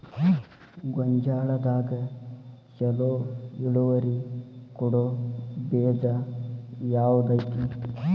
ಗೊಂಜಾಳದಾಗ ಛಲೋ ಇಳುವರಿ ಕೊಡೊ ಬೇಜ ಯಾವ್ದ್ ಐತಿ?